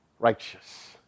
Righteous